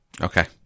Okay